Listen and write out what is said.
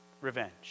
revenge